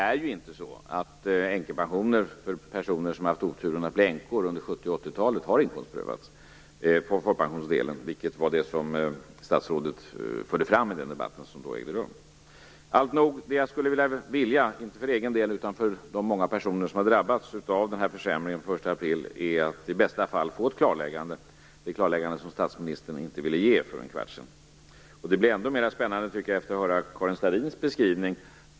Änkepensioner som har utbetalats till personer som har haft oturen att bli änkor under 1970 och 1980-talen har inte inkomstprövats under folkpensionsdelen, vilket statsrådet förde fram under den debatten. Jag skulle vilja - inte för min egen skull, utan för de många personer som har drabbats av försämringen sedan den 1 april - att i bästa fall få ett klarläggande, dvs. det klarläggande som statsministern inte ville ge för en kvart sedan. Det blir ännu mer spännande efter det att jag hört Karin Starrins beskrivning.